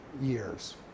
years